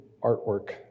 artwork